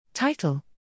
Title